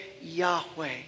Yahweh